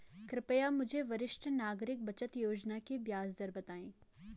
कृपया मुझे वरिष्ठ नागरिक बचत योजना की ब्याज दर बताएँ